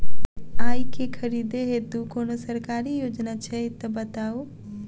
आइ केँ खरीदै हेतु कोनो सरकारी योजना छै तऽ बताउ?